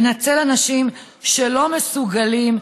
לנצל אנשים שלא מסוגלים.